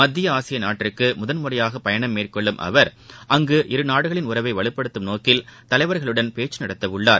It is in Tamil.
மத்தியஆசியநாட்டிற்குமுதன் முறையாகபயனம் மேற்கொள்ளும் அவர் அங்கு இரு நாடுகளின் உறவைவலுப்படுத்தும் நோக்கில் தலைவர்களுடன் பேச்சுநடத்தவுள்ளார்